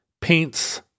paints